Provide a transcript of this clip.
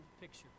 picture